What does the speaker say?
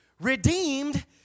Redeemed